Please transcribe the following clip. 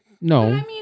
no